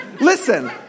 listen